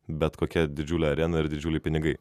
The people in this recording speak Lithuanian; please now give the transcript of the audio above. bet kokia didžiulė arena ir didžiuliai pinigai